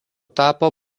tapo